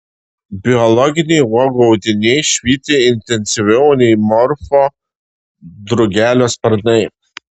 biologiniai uogų audiniai švyti intensyviau nei morfo drugelio sparnai